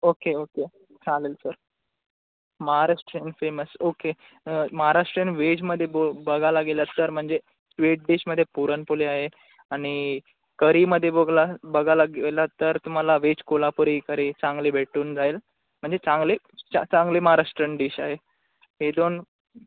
okay okay चालेल sir Maharashtrian famous okay Maharashtrian व्हेजमध्ये बो बघायला गेलात तर म्हणजे स्वीट डिशमध्ये पुरणपोळी आहे आणि करीमध्ये बोगला बघायला गेलात तर तुम्हाला व्हेज कोल्हापुरी करी चांगली भेटून जाईल म्हणजे चांगली चां चांगली महाराष्ट्रीयन डिश आहे हे दोन